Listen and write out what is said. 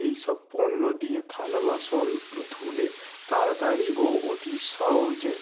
এই সব পণ্য দিয়ে থালাবাসন ধুলে তাড়াতাড়ি ও অতি সহজে